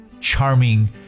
Charming